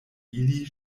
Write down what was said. ili